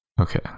Okay